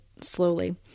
slowly